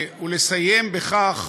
ולסיים בכך,